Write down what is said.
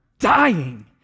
dying